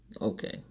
okay